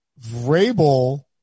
Vrabel